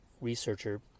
researcher